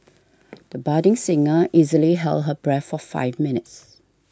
the budding singer easily held her breath for five minutes